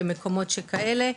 במקומות שכאלה,